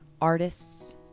artists